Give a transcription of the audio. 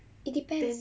it depends